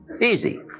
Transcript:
easy